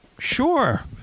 Sure